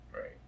Right